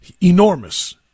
enormous